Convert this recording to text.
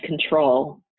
control